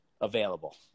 available